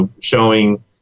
showing